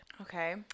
Okay